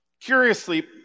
Curiously